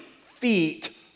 feet